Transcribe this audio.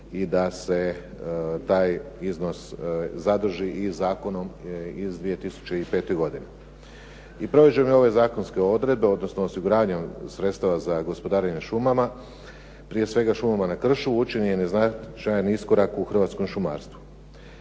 i da se taj iznos zadrži i zakonom iz 2005. godine. i provođenje ove zakonske odredbe, odnosno osiguranje sredstava za gospodarenje šumama, prije svega šumama na kršu, učinjen je značajan iskorak u hrvatskom šumarstvu.